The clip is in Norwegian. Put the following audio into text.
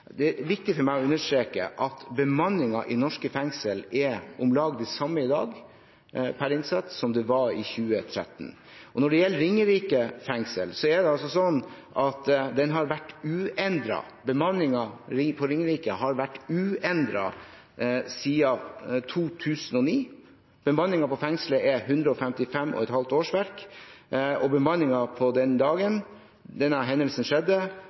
Det er viktig for meg å understreke at bemanningen i norske fengsel per innsatt er om lag den samme i dag som den var i 2013. Når det gjelder Ringerike fengsel, har bemanningen vært uendret siden 2009. Bemanningen på fengselet er 155,5 årsverk, og bemanningen den dagen denne hendelsen skjedde, var det samme som på